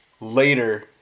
Later